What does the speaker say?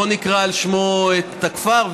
בואו נקרא על שמו את הכפר,